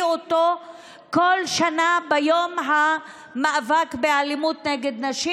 כל שנה ביום המאבק באלימות נגד נשים,